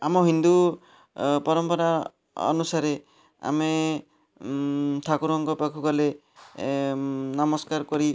ଆମ ହିନ୍ଦୁ ପରମ୍ପରା ଅନୁସାରେ ଆମେ ଠାକୁରଙ୍କ ପାଖକୁ ଗଲେ ନମସ୍କାର କରି